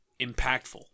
impactful